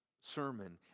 sermon